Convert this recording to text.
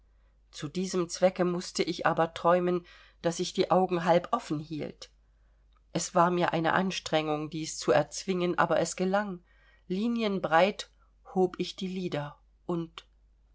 zu diesem zwecke mußte ich aber träumen daß ich die augen halb offen hielt es war mir eine anstrengung dies zu erzwingen aber es gelang linienbreit hob ich die lider und